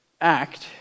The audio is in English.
act